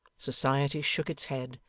society shook its head,